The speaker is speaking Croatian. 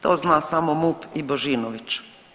To zna samo MUP i Božinović.